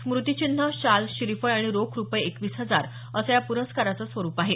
स्मृतिचिन्ह शाल श्रीफळ आणि रोख रुपये एकवीस हजार असं प्रस्काराचे स्वरूप आहे